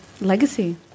legacy